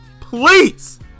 Please